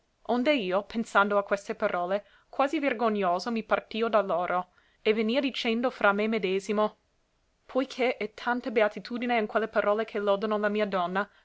onde io pensando a queste parole quasi vergognoso mi partìo da loro e venia dicendo fra me medesimo poi che è tanta beatitudine in quelle parole che lodano la mia donna